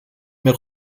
mehr